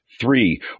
Three